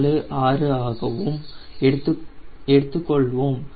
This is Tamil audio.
346 ஆகவும் எடுத்துக்கொள்வோம்